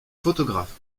photographe